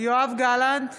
יואב גלנט,